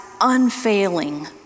unfailing